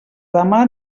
demà